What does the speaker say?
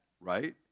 right